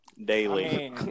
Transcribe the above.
Daily